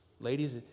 Ladies